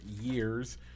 years